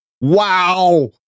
wow